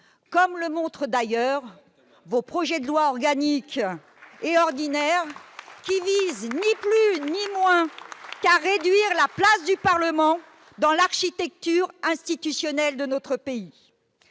également d'ailleurs dans vos projets de loi organique et ordinaire, lesquels visent ni plus ni moins à réduire la place du Parlement dans l'architecture institutionnelle de notre pays